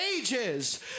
ages